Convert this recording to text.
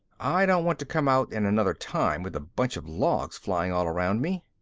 i don't want to come out in another time with a bunch of logs flying all around me.